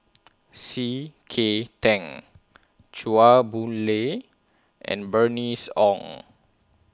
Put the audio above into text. C K Tang Chua Boon Lay and Bernice Ong